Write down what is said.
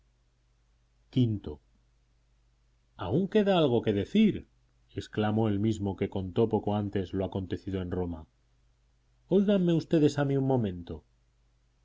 aún queda algo que decir exclamó el mismo que contó poco antes lo acontecido en roma óiganme ustedes a mí un momento